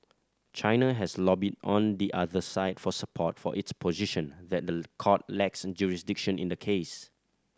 China has lobbied on the other side for support for its position that the court lacks jurisdiction in the case